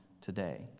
today